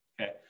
Okay